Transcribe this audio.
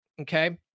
Okay